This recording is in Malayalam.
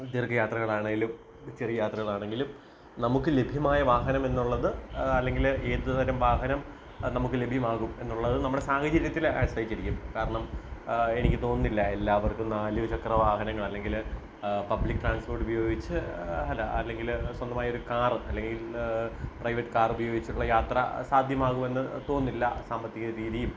ദീർഘ യാത്രകൾ ആണെങ്കിലും ചെറിയ യാത്രകൾ ആണെങ്കിലും നമുക്ക് ലഭ്യമായ വാഹനം എന്നുള്ളത് അല്ലെങ്കിൽ ഏത് തരം വാഹനം നമുക്ക് ലഭ്യമാകും എന്നുള്ളതും നമ്മുടെ സാഹചര്യത്തിൽ ആശ്രയിച്ചിരിക്കും കാരണം എനിക്ക് തോന്നുന്നില്ല എല്ലാവർക്കും നാല് ചക്ര വാഹനങ്ങൾ അല്ലെങ്കിൽ പബ്ലിക് ട്രാൻസ്പോർട്ട് ഉപയോഗിച്ച് അല്ല അല്ലെങ്കിൽ സ്വന്തമായി ഒരു കാർ അല്ലെങ്കിൽ പ്രൈവറ്റ് കാർ ഉപയോഗിച്ചിട്ടുള്ള യാത്ര സാധ്യമാകുമെന്ന് തോന്നുന്നില്ല സാമ്പത്തിക രീതിയും